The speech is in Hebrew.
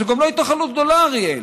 זו לא התנחלות גדולה, אריאל,